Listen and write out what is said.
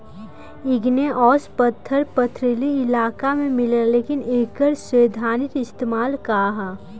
Igneous पत्थर पथरीली इलाका में मिलेला लेकिन एकर सैद्धांतिक इस्तेमाल का ह?